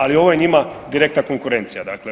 Ali ovo je njima direktna konkurencija, dakle.